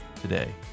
today